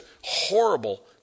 horrible